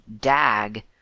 DAG